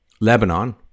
Lebanon